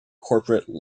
corporate